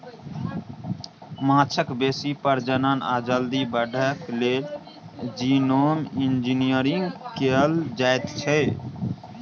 माछक बेसी प्रजनन आ जल्दी बढ़य लेल जीनोम इंजिनियरिंग कएल जाएत छै